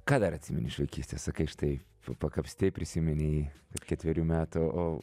ką dar atsimeni iš vaikystės sakai štai pakapstei prisiminei ketverių metų o